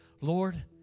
Lord